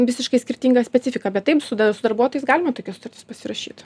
visiškai skirtinga specifika bet taip su da su darbuotojais galima tokias sutartis pasirašyt